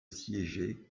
siéger